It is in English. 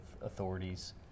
authorities